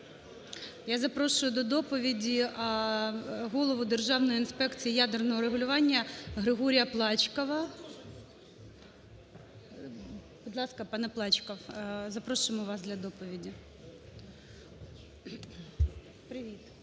Я запрошую до доповіді Голову Державної інспекції ядерного регулювання Григорія Плачкова. Будь ласка, пане Плачков, запрошуємо вас до доповіді.